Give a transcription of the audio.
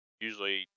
usually